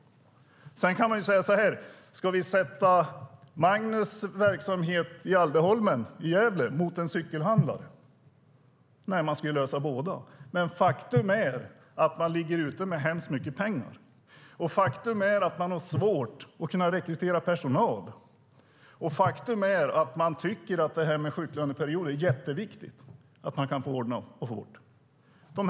Sedan kan vi fråga: Ska vi sätta Magnus verksamhet i Gävle mot en cykelhandlares verksamhet? Nej, man ska lösa problemen för båda. Men faktum är att de ligger ute med mycket pengar, faktum är att de har svårt att rekrytera personal, och faktum är att de tycker att det är mycket viktigt att få bort ansvaret för sjuklöneperioden.